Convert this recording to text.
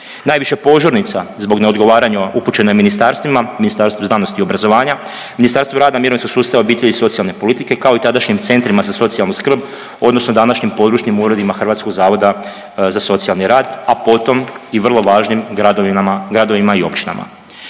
Najviše požurnica zbog neodgovaranja upućeno je ministarstvima, Ministarstvu znanosti i obrazovanja, Ministarstvu rada, mirovinskog sustava, obitelji i socijalne politike kao i tadašnjim centrima za socijalnu skrb odnosno današnjim područnim uredima Hrvatskog zavoda za socijalni rad, a potom i vrlo važnim gradovima i općinama.